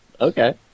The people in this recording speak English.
Okay